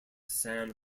san